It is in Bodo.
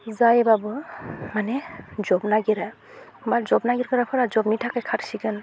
जायोबाबो माने जब नागिरो मा जब नायगिरग्राफोरा जबनि थाखाय खारसिगोन